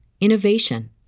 innovation